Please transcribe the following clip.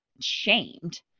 shamed